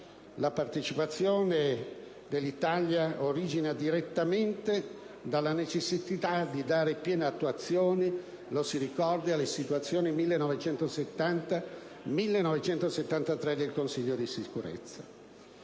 La partecipazione dell'Italia origina direttamente dalla necessità di dare piena attuazione - lo si ricordi - alle risoluzioni 1970 e 1973 del Consiglio di sicurezza.